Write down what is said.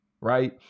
right